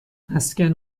مسکن